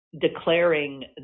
declaring